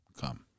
come